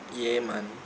yeah man